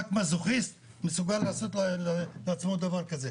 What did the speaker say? רק מזוכיסט מסוגל לעשות לעצמו דבר כזה.